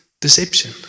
Deception